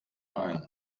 ein